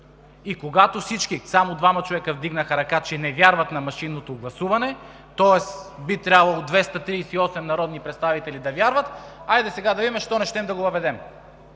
И когато всички, само двама човека вдигнаха ръка, че не вярват на машинното гласуване, тоест би трябвало 238 народни представители да вярват, хайде сега да видим защо не щем да го въведем?!